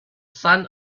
son